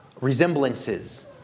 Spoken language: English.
resemblances